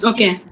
Okay